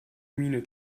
miene